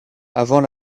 avant